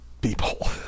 people